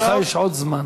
לך יש עוד זמן,